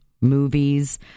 movies